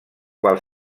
qual